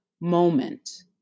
moment